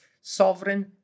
sovereign